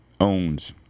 owns